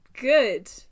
good